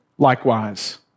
Likewise